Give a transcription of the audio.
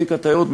תיק התיירות,